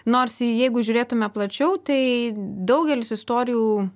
nors jeigu žiūrėtume plačiau tai daugelis istorijų